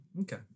Okay